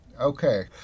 okay